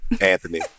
Anthony